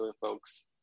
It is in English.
folks